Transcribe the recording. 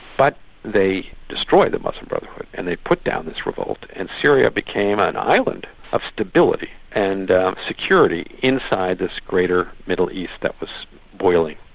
but they destroyed the muslim brotherhood and they put down this revolt, and syria became an island of stability and security inside this greater middle east that was boiling.